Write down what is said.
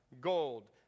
gold